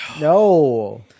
No